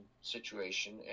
situation